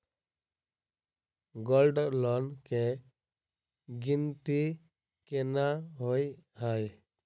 Gold loan केँ गिनती केना होइ हय?